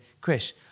Chris